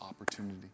opportunity